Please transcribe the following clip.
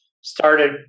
started